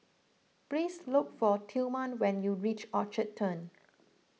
please look for Tillman when you reach Orchard Turn